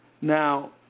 now